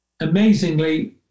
amazingly